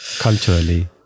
culturally